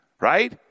right